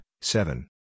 seven